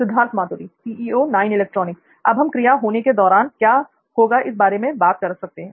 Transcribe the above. सिद्धार्थ मातुरी अब हम क्रिया होने के "दौरान" क्या होगा इस बारे में बात कर सकते हैं